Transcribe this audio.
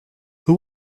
who